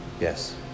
yes